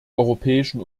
europäischen